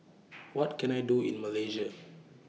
What Can I Do in Malaysia